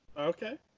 Okay